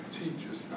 teachers